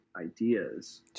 ideas